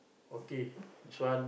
okay this one